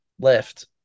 left